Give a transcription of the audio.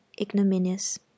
ignominious